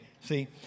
See